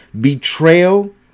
Betrayal